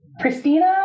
Christina